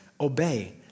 Obey